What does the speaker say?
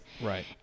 right